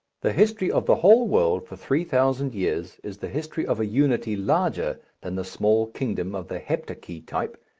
the history of the whole world for three thousand years is the history of a unity larger than the small kingdom of the heptarchy type,